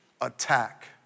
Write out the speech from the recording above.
attack